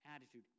attitude